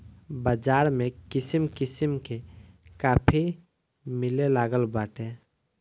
बाज़ार में किसिम किसिम के काफी मिलेलागल बाटे